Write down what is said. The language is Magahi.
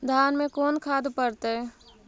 धान मे कोन खाद पड़तै?